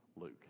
Luke